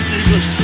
Jesus